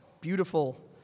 beautiful